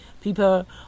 people